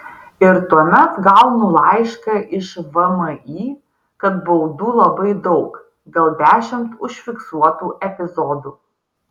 ir tuomet gaunu laišką iš vmi kad baudų labai daug gal dešimt užfiksuotų epizodų